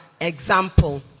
example